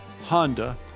Honda